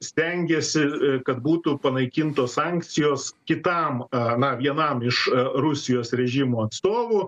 stengėsi kad būtų panaikintos sankcijos kitam a na vienam iš rusijos režimo atstovų